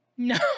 No